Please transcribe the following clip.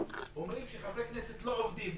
אומרים שחברי הכנסת לא עובדים.